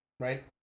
Right